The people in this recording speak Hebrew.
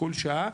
כל שעה,